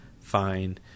fine